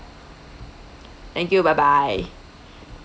thank you bye bye